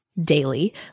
daily